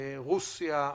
רוסיה,